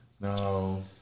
No